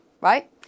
right